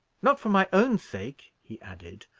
not for my own sake, he added,